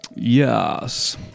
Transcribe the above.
Yes